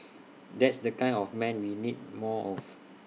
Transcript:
that's the kind of man we need more of